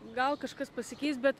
gal kažkas pasikeis bet